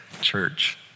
church